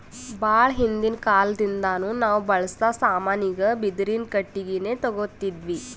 ಭಾಳ್ ಹಿಂದಿನ್ ಕಾಲದಿಂದಾನು ನಾವ್ ಬಳ್ಸಾ ಸಾಮಾನಿಗ್ ಬಿದಿರಿನ್ ಕಟ್ಟಿಗಿನೆ ತೊಗೊತಿದ್ವಿ